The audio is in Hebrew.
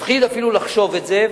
מפחיד אפילו לחשוב את זה.